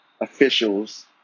officials